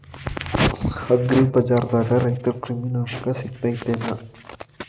ಅಗ್ರಿಬಜಾರ್ದಾಗ ರೈತರ ಕ್ರಿಮಿ ನಾಶಕ ಸಿಗತೇತಿ ಏನ್?